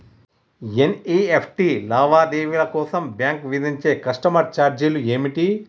NEFT లావాదేవీల కోసం bank విధించే కస్టమర్ ఛార్జీలు ఏమిటి?